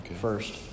first